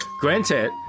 Granted